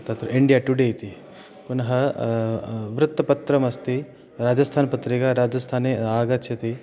तत्र India Today इति पुनः वृत्तपत्रमस्ति राजस्थानपत्रिका राजस्थाने आगच्छति